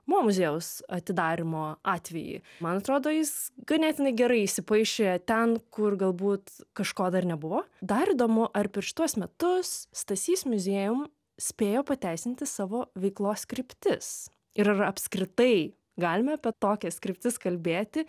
mo muziejaus atidarymo atvejį man atrodo jis ganėtinai gerai įsipaišė ten kur galbūt kažko dar nebuvo dar įdomu ar per šituos metus stasys muziejum spėjo pateisinti savo veiklos kryptis ir ar apskritai galime apie tokias kryptis kalbėti